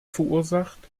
verursacht